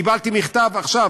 קיבלתי מכתב עכשיו,